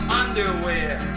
underwear